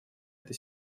эта